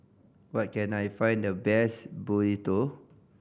where can I find the best Burrito